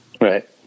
Right